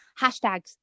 hashtags